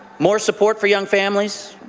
more support for young families,